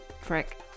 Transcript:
frick